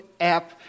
app